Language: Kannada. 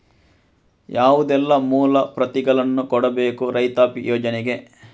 ಯಾವುದೆಲ್ಲ ಮೂಲ ಪ್ರತಿಗಳನ್ನು ಕೊಡಬೇಕು ರೈತಾಪಿ ಯೋಜನೆಗೆ?